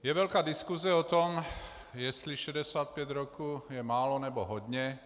Je velká diskuse o tom, jestli 65 roků je málo, nebo hodně.